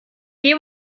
dem